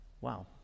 Wow